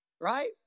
Right